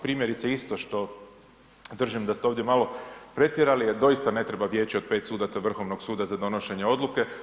Primjerice, isto što držim da ste ovdje malo pretjerali, jer doista ne treba Vijeće od 5 sudaca Vrhovnog suda, za donošenje odluke.